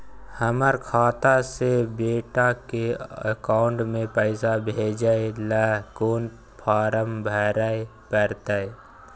हमर खाता से बेटा के अकाउंट में पैसा भेजै ल कोन फारम भरै परतै?